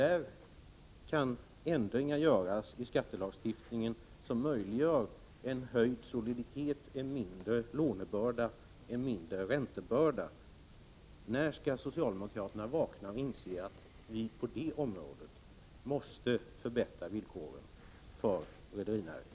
Ändringar kan göras i skattelagstiftningen som möjliggör en höjd soliditet, en mindre lånebörda, en mindre räntebörda. När skall socialdemokraterna vakna och inse att vi på det området måste förbättra villkoren för rederinäringen?